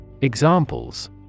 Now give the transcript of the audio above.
Examples